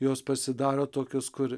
jos pasidaro tokios kur